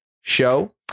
show